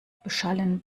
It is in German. beschallen